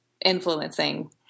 influencing